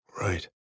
Right